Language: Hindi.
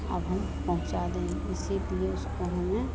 अब हम पहुँचा दें इसीलिए उसको हमें